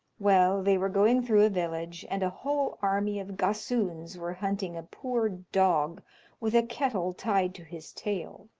well, they were going through a village, and a whole army of gossoons were hunting a poor dog with a kettle tied to his tail.